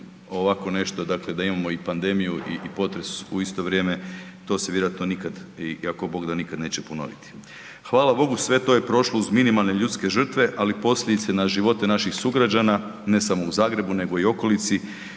ovako nešto, dakle da imamo i pandemiju i potres u isto vrijeme, to se vjerojatno nikad i ako Bog da, nikad neće ponoviti. Hvala Bogu sve to je prošlo uz minimalne ljudske žrtve, ali posljedice na živote naših sugrađana, ne samo u Zagrebu nego i u okolici